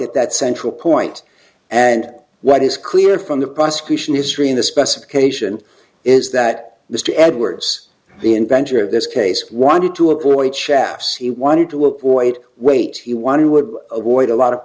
at that central point and what is clear from the prosecution history in the specification is that mr edwards the inventor of this case wanted to appoint shafts he wanted to avoid weight he one would avoid a lot of